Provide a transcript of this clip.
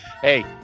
Hey